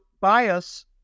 bias